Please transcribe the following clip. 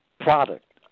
product